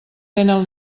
tenen